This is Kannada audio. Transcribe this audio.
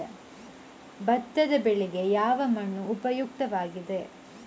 ಭತ್ತದ ಬೆಳೆಗೆ ಯಾವ ಮಣ್ಣು ಉಪಯುಕ್ತವಾಗಿದೆ?